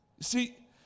see